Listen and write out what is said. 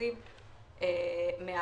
כאן מוצע לקבוע מספר מועדים לבחינה לצורך